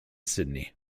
sydney